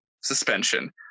suspension